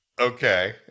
Okay